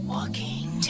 Walking